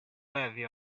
levy